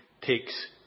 takes